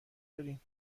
دارین